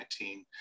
2019